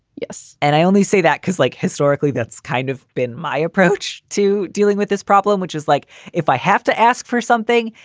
yes. and i only say that because like historically, that's kind of been my approach to dealing with this problem, which is like if i have to ask for something,